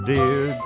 Dear